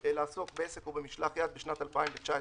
אני אבקש שאתם תשמעו את מה שאומרים פה ותנסו לשנות גם מה שהיא אמרה,